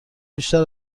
بیشتر